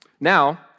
Now